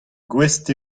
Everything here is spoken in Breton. gouest